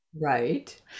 Right